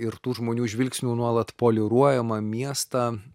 ir tų žmonių žvilgsnių nuolat poliruojamą miestą